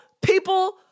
people